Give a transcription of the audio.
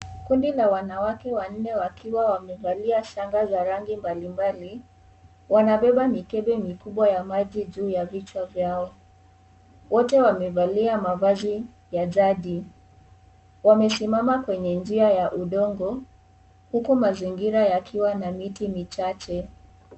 Kundi la wanawake wanne wakiwa wamevalia shanga za rangi mbalimbali wanabeba mikebe mikubwa ya maji juu ya vichwa vyao. Wote wamevalia mavazi ya jadi. Wamesimama kwenye njia ya udongo huku mazingira yakiwa na miti michache.